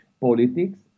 politics